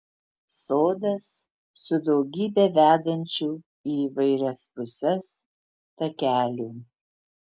sodas su daugybe vedančių į įvairias puses takelių